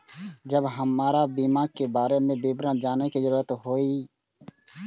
जब हमरा बीमा के बारे में विवरण जाने के जरूरत हुए?